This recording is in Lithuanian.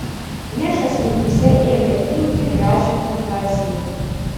nešas mintyse ėmė pinti gražią fantaziją